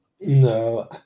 No